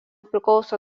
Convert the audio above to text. priklauso